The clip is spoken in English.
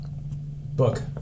Book